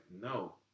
no